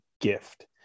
gift